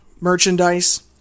merchandise